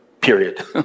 period